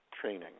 training